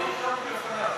אני נרשמתי לפניו.